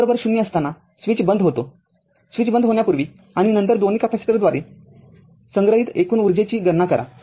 t0 असताना switch बंद होतो स्विच बंद होण्यापूर्वी आणि नंतर दोन्ही कॅपेसिटरद्वारे संग्रहित एकूण ऊर्जेची गणना करा